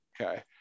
Okay